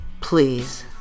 Please